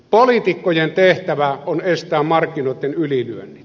poliitikkojen tehtävä on estää markkinoitten ylilyönnit